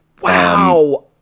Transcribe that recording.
Wow